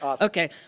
Okay